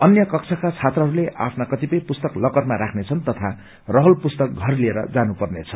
अन्य कक्षाका छात्रहरूले आफ्ना कतिपय पुस्तक लकरमा राख्नेछन् तथा रहल पुस्तक घर लिएर जानुपर्नेछ